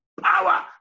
power